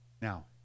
Now